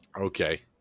okay